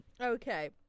Okay